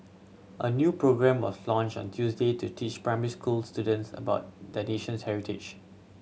a new programme was launched on Tuesday to teach primary school students about the nation's heritage